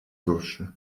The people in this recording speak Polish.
duszy